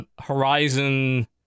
horizon